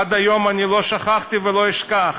עד היום לא שכחתי ולא אשכח.